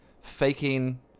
faking